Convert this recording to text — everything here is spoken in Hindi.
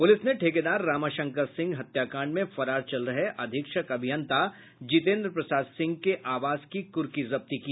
पुलिस ने ठेकेदार रामाशंकर सिंह हत्याकांड में फरार चल रहे अधीक्षक अभियंता जीतेन्द्र प्रसाद सिंह के आवास की कुर्की जब्त की